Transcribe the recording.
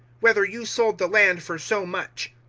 whether you sold the land for so much.